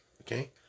Okay